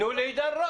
--- תנו לעידן.